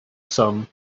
sun